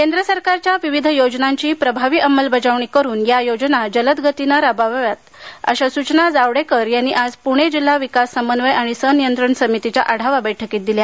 केंद्र सरकारच्या विविध योजनांची प्रभावी अंमलबजावणी करुन या योजना जलदगतीनं राबवाव्यात अशा सूचना जावडेकर यांनी आज पुणे जिल्हा विकास समन्वय आणि सनियंत्रण समितीच्या आढावा बैठकीत दिल्या